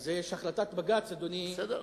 אדוני, על זה יש החלטת בג"ץ שהמדינה, בסדר.